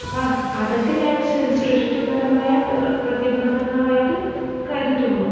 അപ്പോൾ അതൊക്കെ ഞാൻ സൃഷ്ടി സൃഷ്ടിപരമായ പിറ പ്രതിബന്ധങ്ങളായിട്ട് കരുതുന്നു